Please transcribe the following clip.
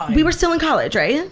we were still in college, right?